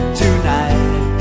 tonight